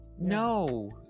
No